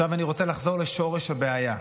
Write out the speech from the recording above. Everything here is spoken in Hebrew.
אני רוצה לחזור לשורש הבעיה.